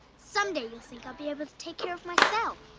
someday you'll think i'll be able to take care of myself,